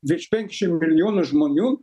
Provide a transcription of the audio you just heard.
virš penkiasšim milijonų žmonių